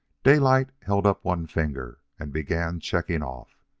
daylight held up one finger and began checking off.